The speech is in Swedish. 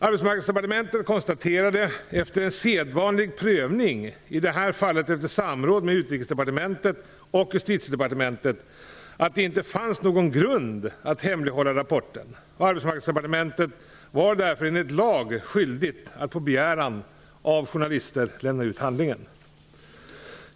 Arbetsmarknadsdepartementet konstaterade, efter sedvanlig prövning - i det här fallet efter samråd med Utrikesdepartementet och Justitiedepartementet - att det inte fanns någon grund att hemlighålla rapporten. Arbetsmarknadsdepartementet var därför enligt lag skyldigt att på begäran av journalister lämna ut handlingen.